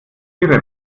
ihre